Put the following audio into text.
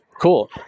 Cool